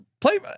play